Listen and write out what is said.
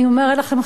אני אומרת לכם,